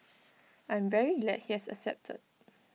I'm very glad he has accepted